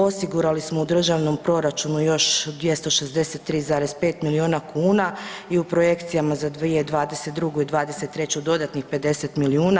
Osigurali smo u državnom proračunu još 263,5 milijuna kuna i u projekcijama za 2022. i 23. dodatnih 50 milijuna.